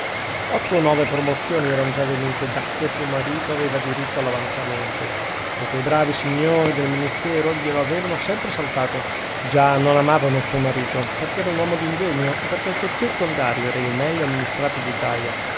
otto o nove promozioni erano già venute dacchè suo marito aveva diritto all'avanzamento e quei bravi signori del ministero glielo avevano sempre saltato già non amavano suo marito perchè era un uomo d'ingegno e perchè il suo circondario era il meglio amministrato d'italia